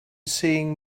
seeing